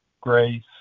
grace